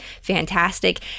fantastic